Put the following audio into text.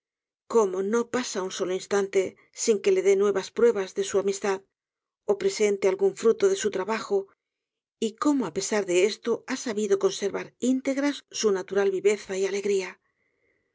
cómo no pasa un solo instante sin que le dé nuevas pruebas de su amistad ó presente algún fruto de su trabajo y cómo á pesar de todo esto ha sabido conservar íntegras su natural viveza y alegría